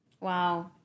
Wow